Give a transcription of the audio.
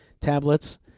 tablets